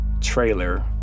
trailer